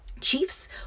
Chiefs